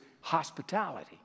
hospitality